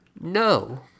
No